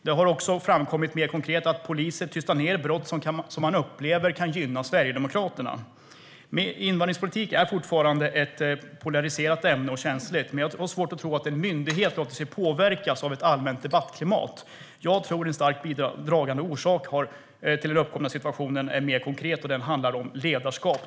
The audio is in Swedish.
Mer konkret har det även framkommit att polisen tystar ned brott som man upplever kan gynna Sverigedemokraterna. Invandringspolitik är fortfarande ett polariserat och känsligt ämne, men jag har svårt att tro att en myndighet låter sig påverkas av ett allmänt debattklimat. Jag tror att en starkt bidragande orsak till den uppkomna situationen är mer konkret. Det handlar om ledarskap.